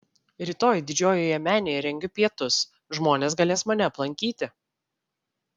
rytoj didžiojoje menėje rengiu pietus žmonės galės mane aplankyti